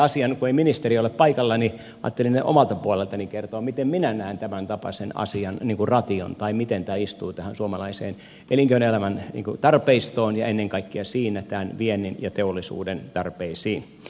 kun ministeri ei ole paikalla ajattelin omalta puoleltani kertoa miten minä näen tämäntapaisen asian ration tai miten tämä istuu tähän suomalaiseen elinkeinoelämän tarpeistoon ja siinä ennen kaikkea tämän viennin ja teollisuuden tarpeisiin